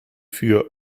für